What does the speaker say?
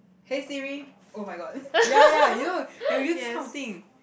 hey Siri oh-my-god ya ya you know ya we use this kind of thing